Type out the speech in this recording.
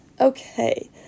Okay